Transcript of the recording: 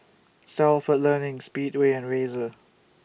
Stalford Learning Speedway and Razer